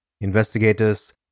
Investigators